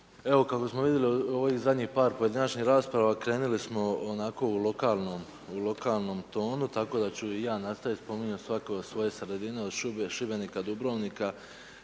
Evo kako smo vidjeli u ovih zadnjih par pojedinačnih rasprava, krenuli smo onako u lokalnom tonu tako da ću i ja nastaviti, spominjao je svako o svojoj sredini, od Šibenika, Dubrovnika,